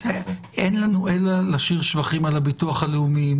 אין לנו אלא להשאיר שבחים על הביטוח הלאומי.